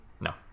No